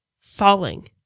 falling